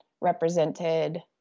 represented